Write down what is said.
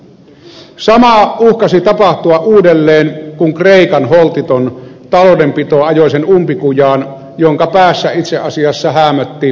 sama uhkasi tapahtua uudelleen kun kreikan holtiton taloudenpito ajoi sen umpikujaan jonka päässä itse asiassa häämötti valtion konkurssi